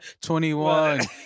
21